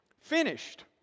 finished